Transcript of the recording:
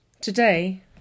Today